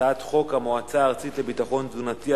הצעת חוק המועצה הארצית לביטחון תזונתי,